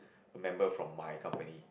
a member from my company